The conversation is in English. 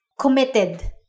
committed